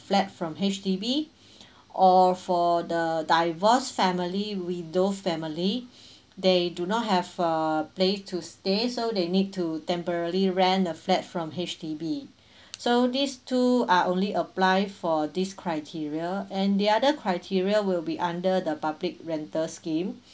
flat from H_D_B or for the divorce family widow family they do not have a place to stay so they need to temporarily rent a flat from H_D_B so these two are only apply for this criteria and the other criteria will be under the public rental scheme